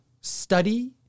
study